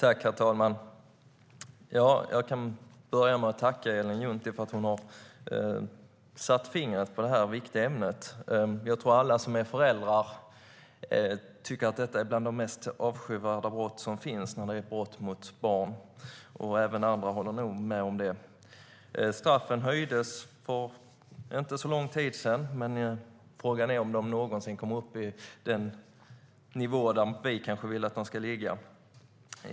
Herr talman! Jag börjar med att tacka Ellen Juntti för att hon har satt fingret på detta viktiga ämne. Jag tror att alla som är föräldrar tycker att brott mot barn är bland de mest avskyvärda brott som finns. Även andra håller nog med om det. Straffen höjdes för inte så länge sedan. Men frågan är om de någonsin kommer upp på den nivå där vi vill att de ska ligga.